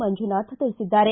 ಮಂಜುನಾಥ್ ತಿಳಿಸಿದ್ದಾರೆ